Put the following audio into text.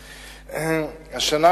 השנה,